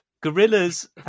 Gorillas